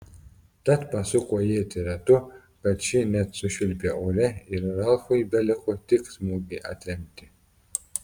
tad pasuko ietį ratu kad ši net sušvilpė ore ir ralfui beliko tik smūgį atremti